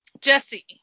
Jesse